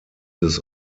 this